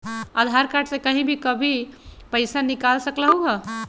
आधार card से कहीं भी कभी पईसा निकाल सकलहु ह?